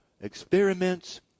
experiments